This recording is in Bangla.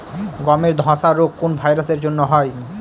গমের ধসা রোগ কোন ভাইরাস এর জন্য হয়?